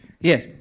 Yes